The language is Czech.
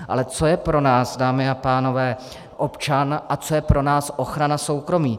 Ale co je pro nás, dámy a pánové, občan a co je pro nás ochrana soukromí?